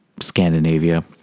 Scandinavia